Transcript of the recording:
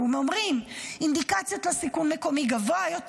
והם אומרים: אינדיקציות לסיכון מקומי גבוה יותר,